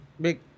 Big